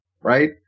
right